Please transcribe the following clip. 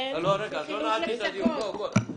כן, לחינוך לפסגות.